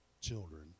children